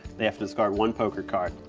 they have to discard one poker card.